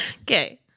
Okay